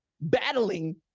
battling